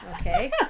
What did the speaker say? okay